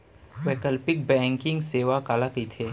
वैकल्पिक बैंकिंग सेवा काला कहिथे?